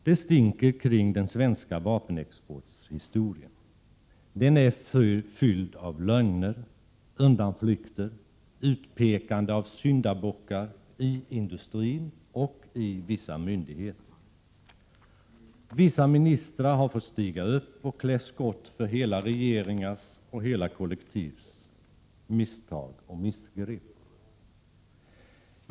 Det stinker kring den svenska vapenexporthistorien. Den är fylld av lögner, undanflykter och utpekande av syndabockar — inom industrin och inom vissa myndigheter. Vissa ministrar har fått stiga upp och klä skott för hela regeringars och hela kollektivs misstag och missgrepp.